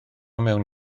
mewn